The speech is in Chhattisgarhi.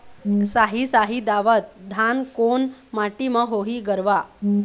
साही शाही दावत धान कोन माटी म होही गरवा?